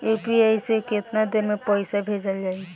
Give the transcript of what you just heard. UPI से केतना देर मे पईसा भेजा जाई?